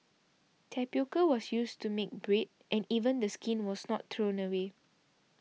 tapioca was used to make bread and even the skin was not thrown away